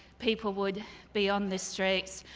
people would be on the streets.